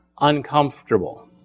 uncomfortable